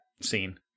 scene